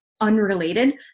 unrelated